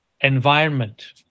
environment